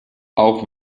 auch